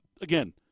Again